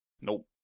Nope